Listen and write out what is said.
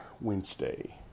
Wednesday